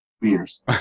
beers